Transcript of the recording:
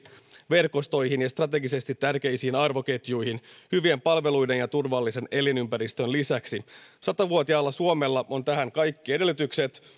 verkostoihin ja strategisesti tärkeisiin arvoketjuihin hyvien palveluiden ja turvallisen elinympäristön lisäksi sata vuotiaalla suomella on tähän kaikki edellytykset